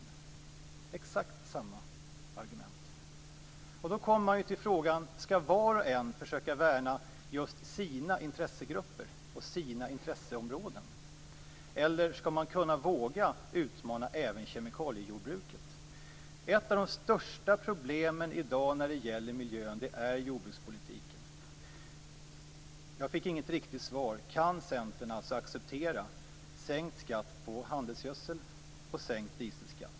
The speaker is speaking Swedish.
Det är exakt samma argument. Då kommer man till frågan om huruvida var och en skall försöka värna just sina intressegrupper och sina intresseområden, eller skall man våga utmana även kemikaliejordbruket? Ett av de största problemen när det gäller miljön i dag är jordbrukspolitiken. Jag fick inget riktigt svar. Kan Centern acceptera sänkt skatt på handelsgödsel och sänkt dieselskatt?